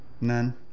None